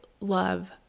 love